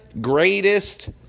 greatest